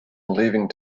leaving